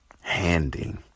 handing